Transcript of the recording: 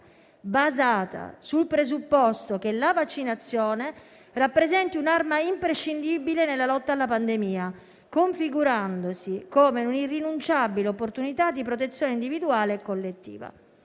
basata sul presupposto che la vaccinazione rappresenti un'arma imprescindibile nella lotta alla pandemia, configurandosi come un'irrinunciabile opportunità di protezione individuale e collettiva».